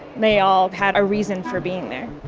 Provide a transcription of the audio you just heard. they all had a reason for being there